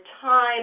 time